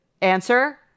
answer